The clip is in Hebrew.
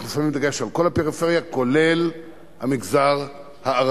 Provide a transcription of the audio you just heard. אנחנו שמים דגש על כל הפריפריה, כולל המגזר הערבי.